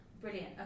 Brilliant